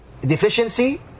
deficiency